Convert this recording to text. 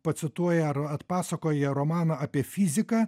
pacituoja ar atpasakoja romaną apie fiziką